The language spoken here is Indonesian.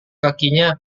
kakinya